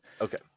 okay